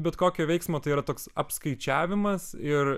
bet kokio veiksmo tai yra toks apskaičiavimas ir